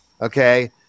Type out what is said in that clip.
okay